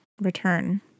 return